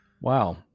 Wow